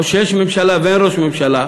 או שיש ממשלה ואין ראש ממשלה,